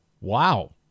Wow